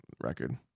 record